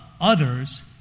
others